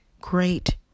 great